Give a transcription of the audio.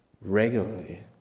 regularly